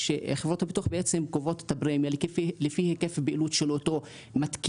שחברות הביטוח בעצם קובעות את הפרמיה לפי היקף הפעילות של אותו מתקין,